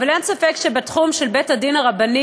אבל אין ספק שבתחום של בית-הדין הרבני